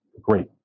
Great